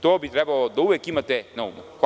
To bi trebalo da uvek imate na umu.